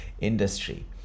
industry